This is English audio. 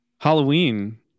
Halloween